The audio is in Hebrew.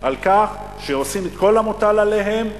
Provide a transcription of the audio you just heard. על כך שהם עושים את כל המוטל עליהם,